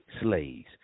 slaves